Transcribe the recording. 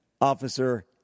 Officer